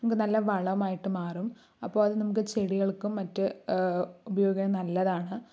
നമുക്ക് നല്ല വളമായിട്ട് മാറും അപ്പോൾ അത് നമുക്ക് ചെടികൾക്കും മറ്റ് ഉപയോഗിക്കുകയാണെങ്കിൽ നല്ലതാണ്